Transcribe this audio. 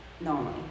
Normally